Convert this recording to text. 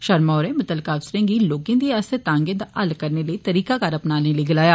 शर्मा होरें मुत्तलका अफसरें गी लोकें दियें आसें तागें दा हल करने लेई तरीकाकार अपनाने लेई गलाया